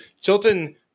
Chilton